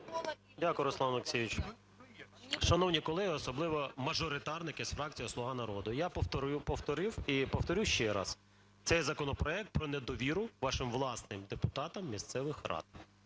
Дякую, Руслан Олексійович. Шановні колеги, особливо мажоритарники з фракції "Слуга народу", я повторив і повторю ще раз, цей законопроект про недовіру вашим власним депутатам місцевих рад.